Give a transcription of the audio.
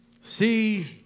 See